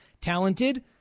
Talented